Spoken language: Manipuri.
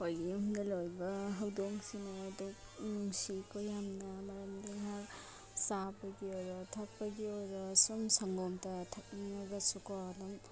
ꯑꯩꯈꯣꯏꯒꯤ ꯌꯨꯝꯗ ꯂꯣꯏꯕ ꯍꯧꯗꯣꯡꯁꯤꯅ ꯑꯗꯨꯛ ꯅꯨꯡꯁꯤꯀꯣ ꯌꯥꯝꯅ ꯃꯔꯝꯗꯤ ꯆꯥꯕꯒꯤ ꯑꯣꯏꯔꯣ ꯊꯛꯄꯒꯤ ꯑꯣꯏꯔꯣ ꯁꯨꯝ ꯁꯪꯒꯣꯝꯇ ꯊꯛꯅꯤꯡꯉꯒꯁꯨ ꯀꯣ ꯑꯗꯨꯝ